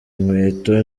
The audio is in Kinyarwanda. inkweto